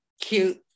cute